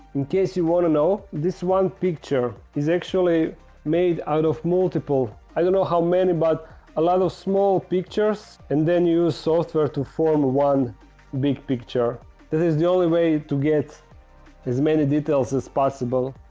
in case you want to know this one picture is actually made out of multiple i don't know how many but a lot of small pictures and then use software to form one big picture this is the only way to get as many details as possible